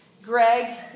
Greg